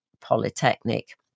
Polytechnic